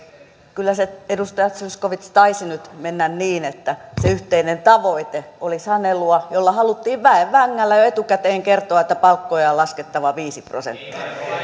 kyllä se edustaja zyskowicz taisi nyt mennä niin että se yhteinen tavoite oli sanelua jolla haluttiin väen vängällä jo etukäteen kertoa että palkkoja on laskettava viisi prosenttia